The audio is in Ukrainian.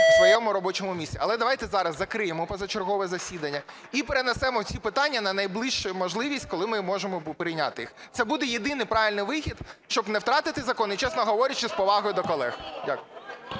на своєму робочому місці. Але давайте зараз закриємо позачергове засідання і перенесемо ці питання на найближчу можливість, коли ми можемо прийняти їх. Це буде єдиний правильний вихід, щоб не втратити закони, чесно говорячи, з повагою до колег. Дякую.